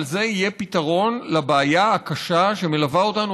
אבל זה יהיה פתרון לבעיה הקשה שמלווה אותנו